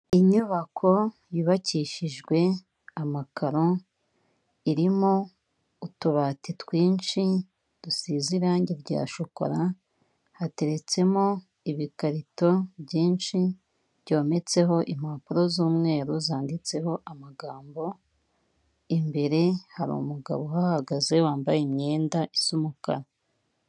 Inyubako yubakishijwe amakaro, irimo utubati twinshi dusize irangi rya shokora, hateretsemo ibikarito byinshi byometseho impapuro z'umweru zanditseho amagambo, imbere hari umugabo uhagaze wambaye imyenda isa umukara.